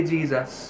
Jesus